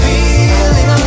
Feeling